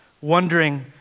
wondering